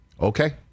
Okay